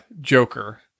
Joker